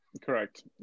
correct